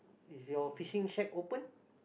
is your fishing shack open